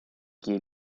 какие